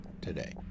today